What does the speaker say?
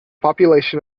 population